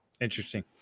Interesting